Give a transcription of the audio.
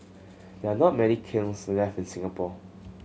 there are not many kilns left in Singapore